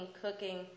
cooking